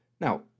Now